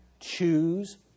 Choose